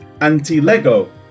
anti-lego